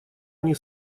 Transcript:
они